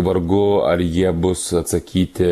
vargu ar jie bus atsakyti